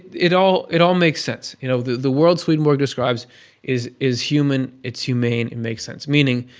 it all it all makes sense. you know the the world swedenborg describes is is human, it's humane, it makes sense, meaning,